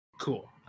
cool